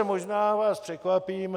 Možná vás překvapím.